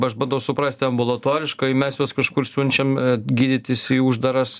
aš bandau suprasti ambulatoriškai mes juos kažkur siunčiam gydytis į uždaras